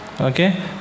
Okay